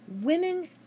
women